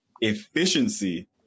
efficiency